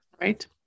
Right